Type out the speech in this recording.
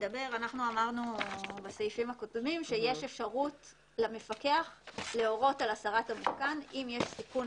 אמרנו בסעיפים הקודמים שיש אפשרות להורות על הסרת המתקן אם יש סיכון